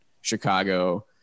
Chicago